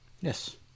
Yes